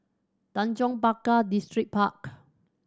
Tanjong Pagar Distripark